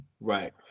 Right